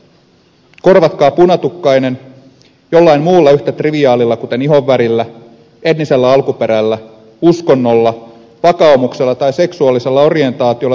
korvatkaa punatukkainen jollain muulla yhtä triviaalilla kuten ihonvärillä etnisellä alkuperällä uskonnolla vakaumuksella tai seksuaalisella orientaatiolla tai vammaisuudella ja googlatkaa